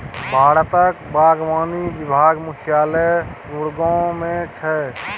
भारतक बागवानी विभाग मुख्यालय गुड़गॉव मे छै